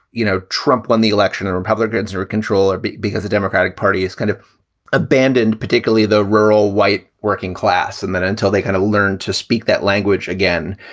you know, trump won the election and republicans are control or because the democratic party has kind of abandoned particularly the rural white working class. and then until they kind of learn to speak that language again,